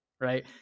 right